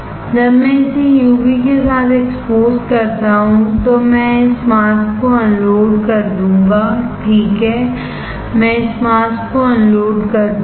जब मैं इसे यूवी के साथ एक्सपोज़ करता हूं तो मैं इस मास्क को अनलोड कर दूंगा ठीक है मैं इस मास्क को अनलोड कर दूंगा